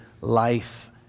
life